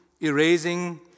erasing